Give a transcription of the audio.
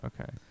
Okay